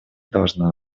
должна